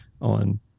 on